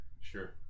Sure